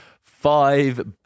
five